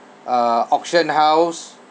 uh auction house